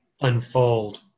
unfold